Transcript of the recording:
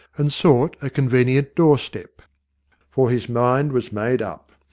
and sought a convenient doorstep for his mind was made up,